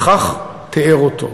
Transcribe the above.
וכך תיאר אותו: